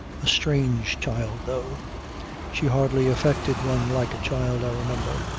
a strange child though she hardly affected one like a child, i remember.